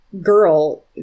girl